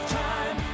time